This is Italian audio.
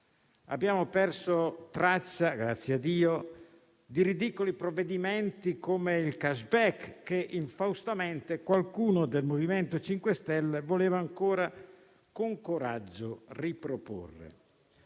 Abbiamo perso traccia - grazie a Dio - di ridicoli provvedimenti come il *cash back* che, infaustamente, qualcuno del MoVimento 5 Stelle voleva ancora, con coraggio, riproporre.